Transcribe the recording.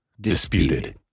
disputed